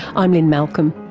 i'm lynne malcolm.